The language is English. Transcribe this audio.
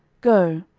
go,